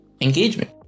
engagement